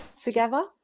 together